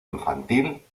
infantil